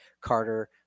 Carter